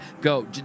go